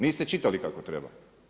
Niste čitali kako treba?